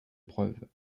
preuves